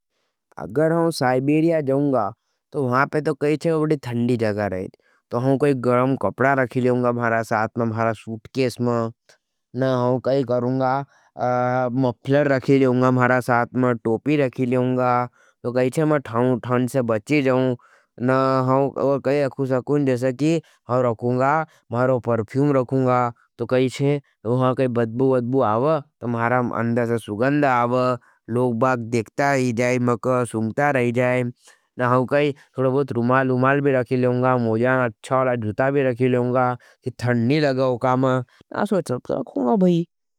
अगर हम साइबेरिया जाऊंगा, तो वहाँ पे तो कहीचे वड़ी थंडी जगा रहे थे। तो हम कोई गरम कपड़ा रखे लेओंगा मारा साथ मारा सूटकेस में। ना हम कोई करूंगा मॉफलर रखे लेओंगा मारा साथ मारा टोपी रखे लेओंगा। तो कहीचे मारा ठाउं ठंड से बच्चे जाऊंग। ना हम कोई रखू सकूं जैसे की हम रखूंगा मारा पर्फीम रखूंगा। तो कहीचे वहाँ कोई बद्बू बद्बू आवे, तो मारा अंदर से सुगंद आवे। लोग बाग देखता रहे जाएं, मक सुंगता रहे जाएं। ना हम कोई रुमाल रुमाल भी रखे लेओंगा। मोजान अच्छाला जुता भी रखे लेओंगा। की थंडनी लगओ कामा। आसो चक्ट रखूंगा भी।